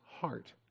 heart